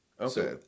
Okay